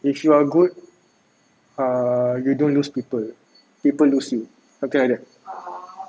if you are good err you don't lose people people lose you something like that